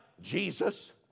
Jesus